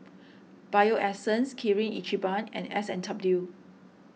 Bio Essence Kirin Ichiban and S and W